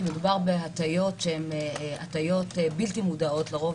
כי מדובר בהטיות שהן הטיות בלתי מודעות לרוב,